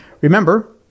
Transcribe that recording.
Remember